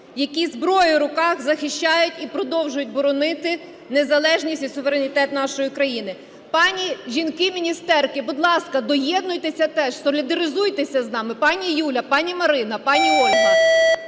зі зброєю в руках захищають і продовжують боронити незалежність і суверенітет нашої країни. Пані жінки міністерки, будь ласка, доєднуйтеся теж, солідаризуйтеся з нами, пані Юля, пані Марина, пані Ольга.